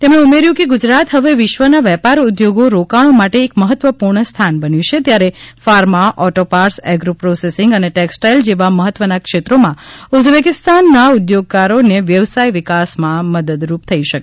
તેમણે ઉમેર્યું કે ગુજરાત હવે વિશ્વના વેપાર ઉદ્યોગો રોકાણો માટે એક મહત્વપૂર્ણ સ્થાન બન્યું છે ત્યારે pharma auto parts agro processing અને ટેક્ષટાઇલ જેવા મહત્વના ક્ષેત્રોમાં ઉઝબેકિસ્તાનના ઉદ્યોગકારોને વ્યવસાય વિકાસમાં મદદરૂપ થઇ શકે